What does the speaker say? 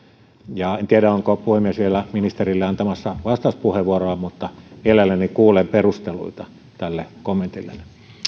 en tiedä onko puhemies vielä ministerille antamassa vastauspuheenvuoroa mutta mielelläni kuulen perusteluita tälle kommentillenne